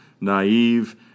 naive